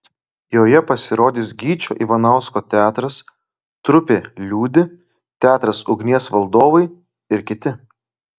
joje pasirodys gyčio ivanausko teatras trupė liūdi teatras ugnies valdovai ir kiti